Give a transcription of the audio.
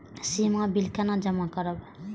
सीमा bill केना जमा करब?